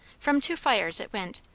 from two fires it went,